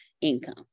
income